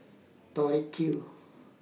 Tori Q